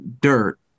dirt